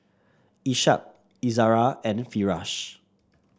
Ishak Izara and Firash